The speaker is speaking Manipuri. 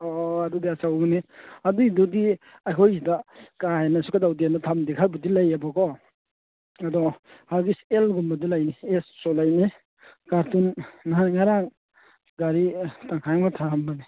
ꯑꯣ ꯑꯗꯨꯗꯤ ꯑꯆꯧꯕꯅꯤ ꯑꯗꯨꯒꯤꯗꯨꯗꯤ ꯑꯩꯈꯣꯏ ꯁꯤꯗ ꯀꯥ ꯍꯦꯟꯅꯁꯨ ꯀꯩꯗꯧꯗꯦꯅ ꯊꯝꯗꯦ ꯈꯔꯕꯨꯗꯤ ꯂꯩꯌꯦꯕꯀꯣ ꯑꯗꯣ ꯍꯥꯒꯤꯁ ꯑꯦꯜꯒꯨꯝꯕꯗꯤ ꯂꯩꯅꯤ ꯑꯦꯁꯁꯨ ꯂꯩꯅꯤ ꯀꯥꯔꯇꯨꯟ ꯅꯍꯥꯟ ꯉꯔꯥꯡ ꯒꯥꯔꯤ ꯇꯪꯈꯥꯏ ꯑꯃꯒ ꯊꯥꯔꯝꯕꯅꯤ